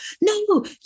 No